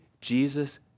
Jesus